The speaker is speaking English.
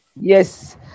Yes